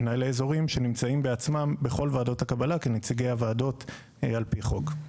מנהלי אזורים שנמצאים בעצמם בכל ועדות הקבלה כנציגי הוועדות על פי חוק.